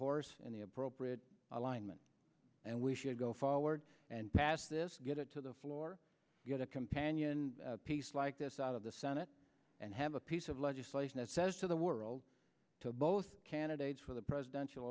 horse and the appropriate alignment and we should go forward and pass this get it to the floor get a companion piece like this out of the senate and have a piece of legislation that says to the world to both candidates for the presidential